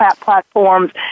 platforms